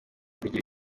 kugira